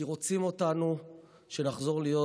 כי רוצים שנחזור להיות